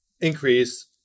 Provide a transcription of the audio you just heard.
increase